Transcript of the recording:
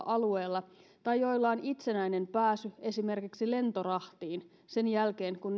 alueella tai joilla on itsenäinen pääsy esimerkiksi lentorahtiin sen jälkeen kun